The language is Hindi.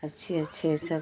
अच्छे अच्छे सब